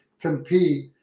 compete